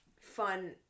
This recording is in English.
fun